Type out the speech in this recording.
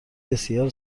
بسیار